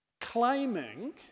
claiming